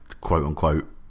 quote-unquote